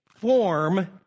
form